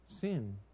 Sin